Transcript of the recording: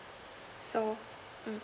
so mm